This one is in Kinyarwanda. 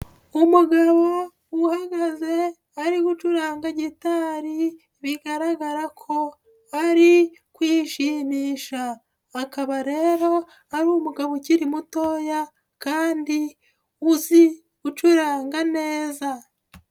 Umugabo uhagaze ari gucuranga gitari bigaragara ko ari kwishimisha, akaba rero ari umugabo ukiri mutoya kandi uzi gucuranga neza.